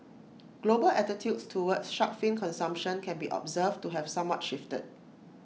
global attitudes towards shark fin consumption can be observed to have somewhat shifted